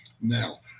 Now